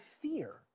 fear